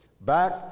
back